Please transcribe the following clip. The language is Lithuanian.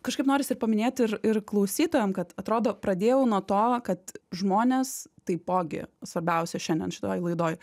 kažkaip norisi ir paminėt ir ir klausytojam kad atrodo pradėjau nuo to kad žmonės taipogi svarbiausia šiandien šitoj laidoj